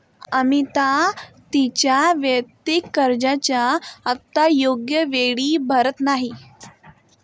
अमिता तिच्या वैयक्तिक कर्जाचा हप्ता योग्य वेळी भरत नाही